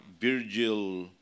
Virgil